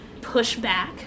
pushback